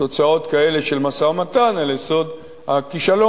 תוצאות כאלה של משא-ומתן על יסוד הכישלון